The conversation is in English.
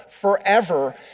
forever